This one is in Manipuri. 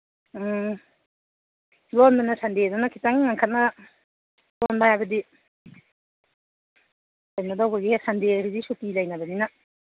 ꯎꯝ ꯂꯣꯟꯕꯗꯨꯅ ꯁꯟꯗꯦꯅꯤꯅ ꯈꯤꯇꯪ ꯉꯟꯈꯠꯅ ꯂꯣꯟꯕ ꯍꯥꯏꯕꯗꯤ ꯀꯩꯅꯣ ꯇꯧꯕꯒꯤ ꯁꯟꯗꯦ ꯍꯥꯏꯁꯤꯗꯤ ꯁꯨꯇꯤ ꯂꯩꯅꯕꯅꯤꯅ